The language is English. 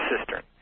cistern